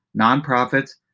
nonprofits